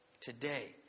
Today